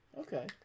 okay